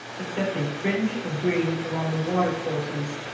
except a fringe of green along the water courses.